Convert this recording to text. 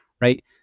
right